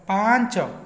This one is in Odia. ପାଞ୍ଚ